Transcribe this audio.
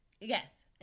Yes